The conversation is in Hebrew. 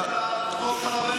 תוותרו על חוק הרבנים.